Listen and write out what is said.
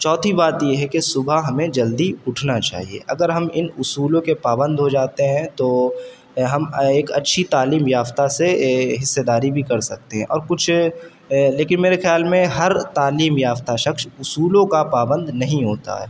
چوتھی بات یہ ہے کہ صبح ہمیں جلدی اٹھنا چاہیے اگر ہم ان اصولوں کے پابند ہو جاتے ہیں تو ہم ایک اچھی تعلیم یافتہ سے حصہ داری بھی کر سکتے ہیں اور کچھ دیکھیے میرے خیال میں ہر تعلیم یافتہ شخص اصولوں کا پابند نہیں ہوتا ہے